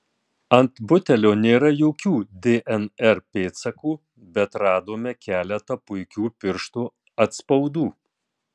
ant butelio nėra jokių dnr pėdsakų bet radome keletą puikių pirštų atspaudų